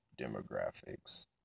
demographics